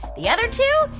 the other two?